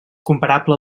comparable